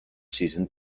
season